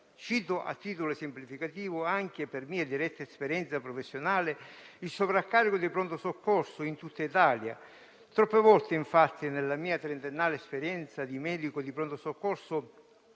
Cito, a titolo esemplificativo, anche per mia diretta esperienza professionale, il sovraccarico dei pronto soccorso in tutta Italia: troppe volte, infatti, nella mia trentennale esperienza di medico di pronto soccorso,